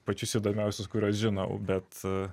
pačius įdomiausius kuriuos žinau bet